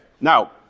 Now